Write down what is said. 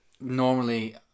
normally